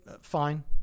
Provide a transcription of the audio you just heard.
fine